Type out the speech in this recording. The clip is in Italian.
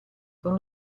con